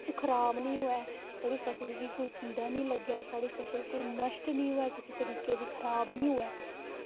ओह् खराब निं होऐ साढ़ी फसल गी कोई कीड़ा निं लग्गे साढ़ी फसल कोई नश्ट निं होऐ कुसै तरीकै दी खराब निं होऐ